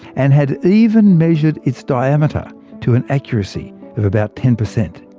and had even measured its diameter to an accuracy of about ten percent.